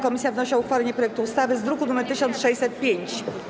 Komisja wnosi o uchwalenie projektu ustawy z druku nr 1605.